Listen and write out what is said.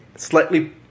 Slightly